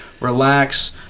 relax